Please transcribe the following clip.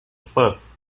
спас